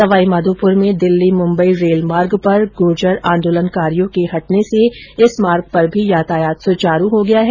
सवाई माधोपुर में दिल्ली मुंबई रेल मार्ग पर गुर्जर आंदोलनकरियो के हटने से इस मार्ग पर भी यातायात सुचारू हो गया है